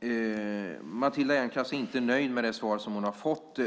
det. Matilda Ernkrans är inte nöjd med det svar hon fått.